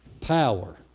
power